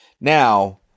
Now